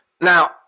now